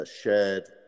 shared